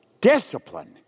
Discipline